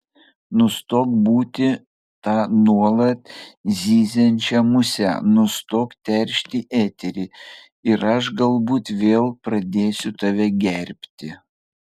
nustok būti ta nuolat zyziančia muse nustok teršti eterį ir aš galbūt vėl pradėsiu tave gerbti